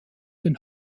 den